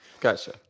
Gotcha